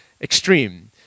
extreme